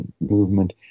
movement